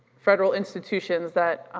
federal institutions that,